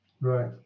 right